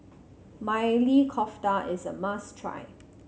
Maili Kofta is a must try